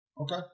Okay